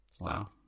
Wow